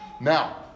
Now